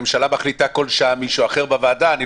שר קיבל ועדה, כן.